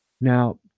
Now